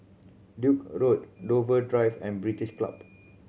Duke A Road Dover Drive and British Club